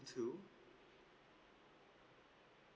two